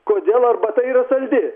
kodėl arbata yra saldi